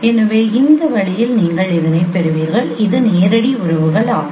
எனவே இதை இந்த வழியில் நீங்கள் பெறுவீர்கள் இது நேரடி உறவுகள் ஆகும்